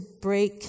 break